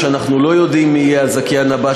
אנחנו לא יודעים מי יהיה הזכיין הבא,